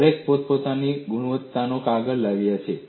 દરેક પોતપોતાની ગુણવત્તાનો કાગળ લાવ્યા હતા